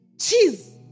cheese